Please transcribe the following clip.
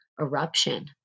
eruption